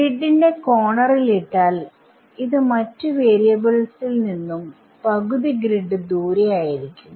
grid ന്റെ കോർണറിൽഇട്ടാൽ ഇത് മറ്റു വാരിയബിൾസിൽ നിന്നും പകുതി ഗ്രിഡ് ദൂരെ ആയിരിക്കും